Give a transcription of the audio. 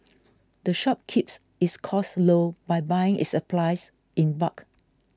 the shop keeps its costs low by buying its supplies in bulk